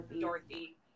Dorothy